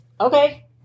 Okay